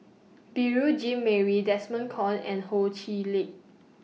Beurel Jean Marie Desmond Kon and Ho Chee Lick